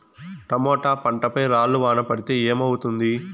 Tomato పంట పై రాళ్లు వాన పడితే ఏమవుతుంది?